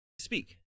speak